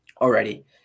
already